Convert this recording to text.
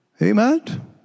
Amen